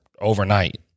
overnight